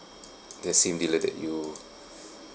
the same dealer that you